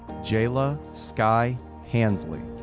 jayla sky hansley,